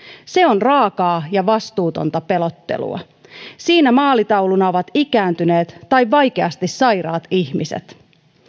se on raakaa ja vastuutonta pelottelua siinä maalitauluna ovat ikääntyneet tai vaikeasti sairaat ihmiset